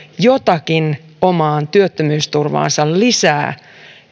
jotakin omaan työttömyysturvaansa lisää